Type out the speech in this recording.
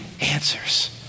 answers